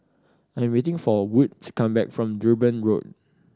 I am waiting for Wood to come back from Durban Road